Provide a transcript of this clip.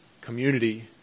community